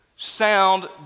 sound